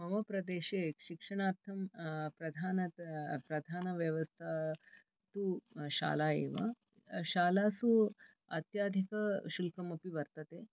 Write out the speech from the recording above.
मम प्रदेशे शिक्षणार्थं प्रधानता प्रधानव्यवस्था तु शाला एव शालासु अत्यधिकशुल्कमपि वर्तते